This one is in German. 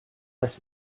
dass